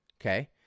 okay